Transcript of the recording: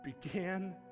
began